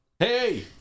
Hey